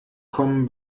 kommen